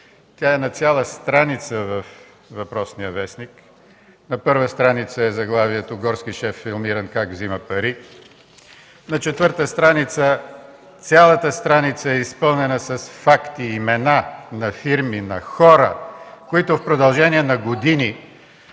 Тя е на цяла страница във въпросния вестник. На първа страница е заглавието „Горски шеф – филмиран как взема пари”. Цялата четвърта страница е изпълнена с факти, имена на фирми, на хора, които в продължение на години